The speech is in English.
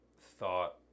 thought